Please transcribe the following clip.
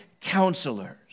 counselors